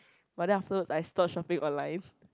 but then afterwards I stop shopping online